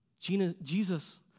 Jesus